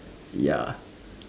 ya